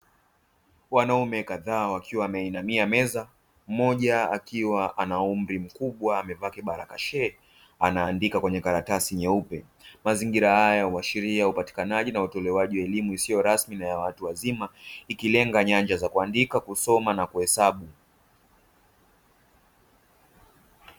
Wanaume kadhaa wakiwa wameinamia meza, mmoja akiwa ana umri mkubwa amevaa kibaragashee anaandika kwenye karatasi nyeupe, mazingira haya huashiria upatikanaji na utolewaji wa elimu isiyo rasmi na ya watu wazima ikilenga nyanja za kuandika, kusoma na kuhesabu.